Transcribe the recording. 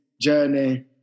journey